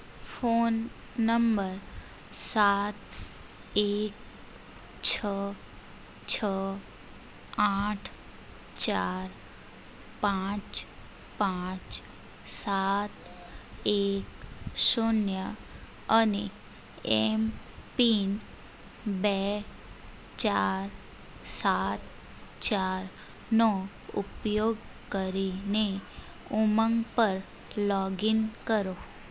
phone number સાત એક છ છ આઠ ચાર પાંચ પાંચ સાત એક શૂન્ય અને એમપીન બે ચાર સાત ચાર નો ઉપયોગ કરીને ઉમંગ પર લોગિન કરો